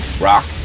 Rock